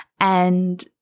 And-